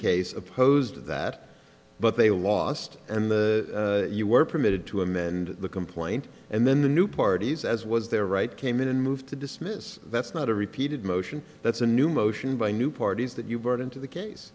case opposed to that but they were lost and you were permitted to amend the complaint and then the new parties as was their right came in and moved to dismiss that's not a repeated motion that's a new motion by new parties that you brought into the case